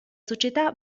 società